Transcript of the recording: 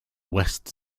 west